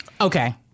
Okay